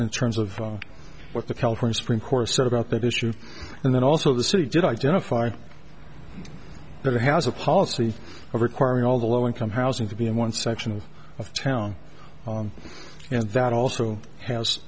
in terms of what the california supreme court said about that issue and then also the city did identifying that it has a policy of requiring all the low income housing to be in one section of town and that also has